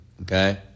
Okay